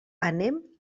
anem